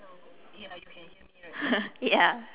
yeah